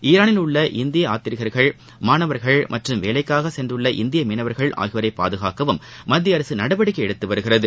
ஈரானில் உள்ள இந்திய யாத்ரீகா்கள் மாணவா்கள் மற்றும் வேலைக்காக சென்றுள்ள இந்திய மீனவா்கள் ஆகியோரை பாதுகாக்கவும் மத்திய அரசு நடவடிக்கை எடுத்து வருகிறது